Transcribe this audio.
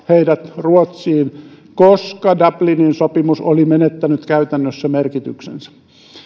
heidät ruotsiin koska dublinin sopimus oli menettänyt käytännössä merkityksensä